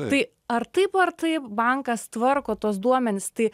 tai ar taip ar taip bankas tvarko tuos duomenis tai